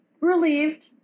relieved